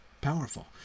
powerful